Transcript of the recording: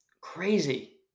crazy